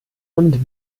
und